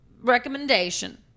recommendation